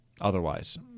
Otherwise